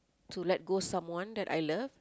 to let go someone that I love